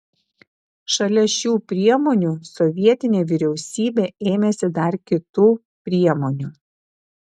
šalia šių priemonių sovietinė vyriausybė ėmėsi dar kitų priemonių